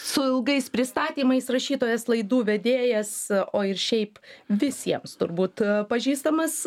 su ilgais pristatymais rašytojas laidų vedėjas o ir šiaip visiems turbūt pažįstamas